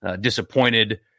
disappointed